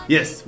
Yes